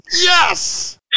Yes